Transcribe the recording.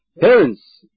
Parents